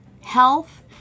health